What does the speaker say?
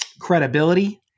credibility